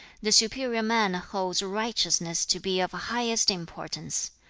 the superior man holds righteousness to be of highest importance.